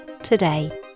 today